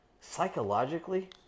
Psychologically